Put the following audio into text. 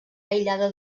aïllada